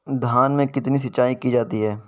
धान में कितनी सिंचाई की जाती है?